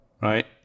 right